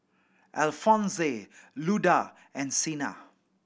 Alphonse Luda and Chynna